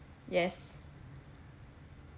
yes